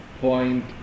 point